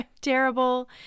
terrible